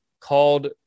called